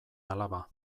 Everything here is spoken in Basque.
alaba